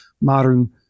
modern